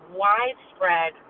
widespread